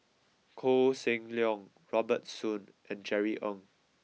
Koh Seng Leong Robert Soon and Jerry Ong